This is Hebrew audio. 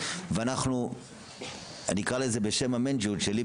וצריכים לתת לזה פתרון.